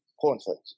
cornflakes